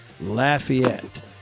Lafayette